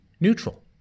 neutral